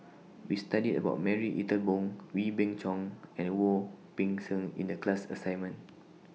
We studied about Marie Ethel Bong Wee Beng Chong and Wu Peng Seng in The class assignment